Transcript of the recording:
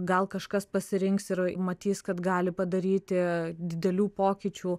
gal kažkas pasirinks ir matys kad gali padaryti didelių pokyčių